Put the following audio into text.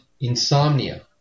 insomnia